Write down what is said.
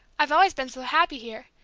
i've always been so happy here,